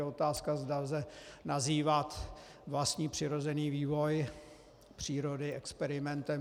Je otázka, zda lze nazývat vlastní přirozený vývoj přírody experimentem.